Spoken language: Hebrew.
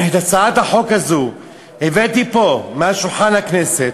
את הצעת החוק הזאת הבאתי פה, על שולחן הכנסת,